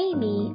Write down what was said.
Amy